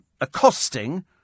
accosting